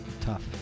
tough